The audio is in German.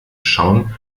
schauen